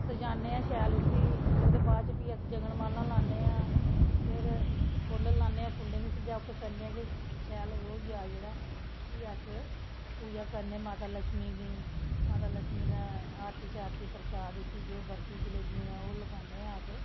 सजाने आं शैल उ'सी ओह्दे बाद च प्ही अस जगनमाला लान्ने आं फिर फु'ल्ल लान्ने आं फु'ल्लें दी सजावट करने आं कि शैल होई जा जेह्ड़ा प्ही अस पूजा करने माता लच्छमी दी माता लच्छमी दा आरती शारती परशाद उसी् जो बर्फी जलेबियें दा ओह् लोआने आं अस